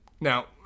Now